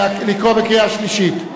לקרוא בקריאה שלישית.